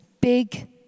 Big